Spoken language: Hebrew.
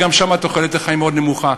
גם שם תוחלת החיים מאוד נמוכה.